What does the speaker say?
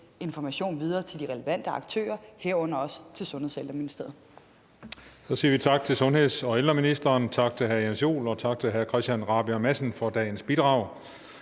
information videre til de relevante aktører, herunder også til Sundheds- og Ældreministeriet. Kl. 14:45 Tredje næstformand (Christian Juhl): Så siger vi tak til sundheds- og ældreministeren, tak til hr. Jens Joel og tak til hr. Christian Rabjerg Madsen for dagens bidrag.